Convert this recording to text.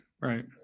Right